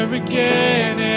again